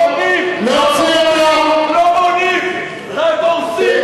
לא בונים, רק הורסים.